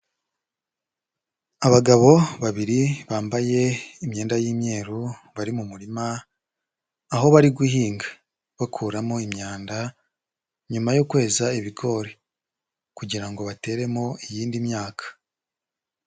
Abagabo babiri bambaye imyenda y'imyeru bari mu murima, aho bari guhinga bakuramo imyanda nyuma yo kweza ibigori, kugira ngo bateremo iyindi myaka.